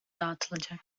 dağıtılacak